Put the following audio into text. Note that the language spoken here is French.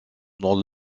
dans